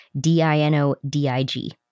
D-I-N-O-D-I-G